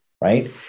right